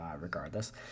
regardless